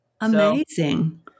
Amazing